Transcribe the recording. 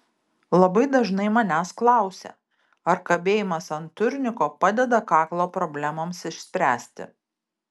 labai dažnai manęs klausia ar kabėjimas ant turniko padeda kaklo problemoms išspręsti